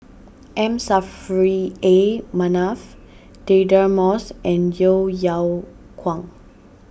M Saffri A Manaf Deirdre Moss and Yeo Yeow Kwang